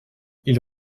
ils